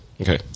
Okay